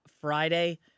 Friday